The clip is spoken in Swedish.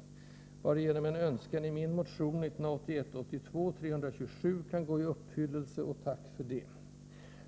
);